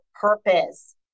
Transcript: purpose